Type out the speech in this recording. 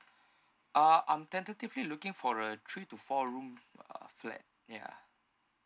uh I'm tentatively looking for a three to four room uh flat ya